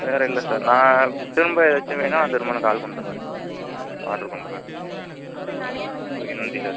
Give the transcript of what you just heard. வேறு இல்லை சார் நான் திரும்ப ஏதாச்சு வேணால் திரும்ப நான் கால் பண்ணுறேன் சார் ஆர்டரு பண்ணுறேன் ஓகே ஓகே நன்றி சார்